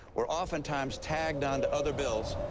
were oftentimes tagged on to other bills